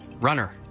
Runner